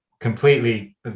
completely